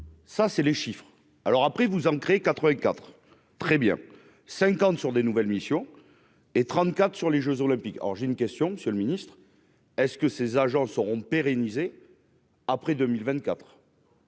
ça, c'est les chiffres, alors après vous ancrer 84 très bien cinquante sur des nouvelles missions et 34 sur les Jeux olympiques, alors j'ai une question Monsieur le Ministre est-ce que ces agents seront pérennisés après 2024.